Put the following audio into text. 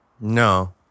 No